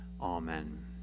Amen